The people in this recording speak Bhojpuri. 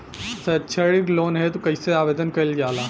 सैक्षणिक लोन हेतु कइसे आवेदन कइल जाला?